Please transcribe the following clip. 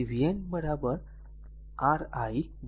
તેથી vn r i r Rn